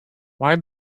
why